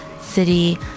city